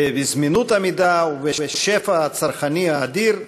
בזמינות המידע ובשפע הצרכני האדיר,